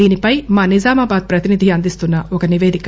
దీనిపై మా నిజామాబాద్ ప్రతినిధి అందిస్తున్న ఒక నిపేదిక